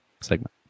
segment